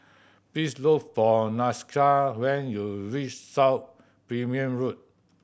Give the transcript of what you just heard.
please look for Nakisha when you reach South Road